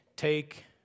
Take